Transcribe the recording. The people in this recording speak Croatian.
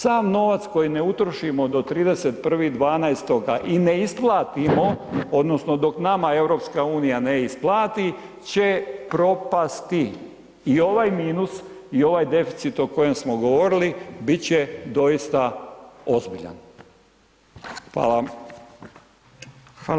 Sav novac koji ne utrošimo do 31.12. i ne isplatimo odnosno dok nama EU ne isplati će propasti i ovaj minus i ovaj deficit o kojem o kojem smo govorili bit će doista ozbiljan, hvala.